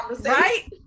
right